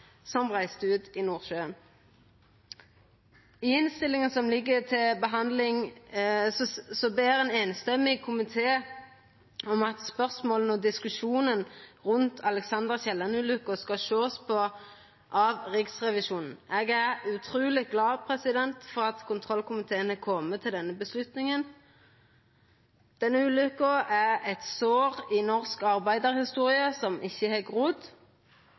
reiste ut i Nordsjøen. I innstillinga som ligg til behandling, ber ein samrøystes komité om at spørsmåla og diskusjonen rundt Alexander L. Kielland-ulykka skal sjåast på av Riksrevisjonen. Eg er utruleg glad for at kontrollkomiteen har kome til denne avgjerda. Denne ulykka er eit sår i norsk arbeidarhistorie som ikkje har grodd.